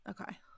Okay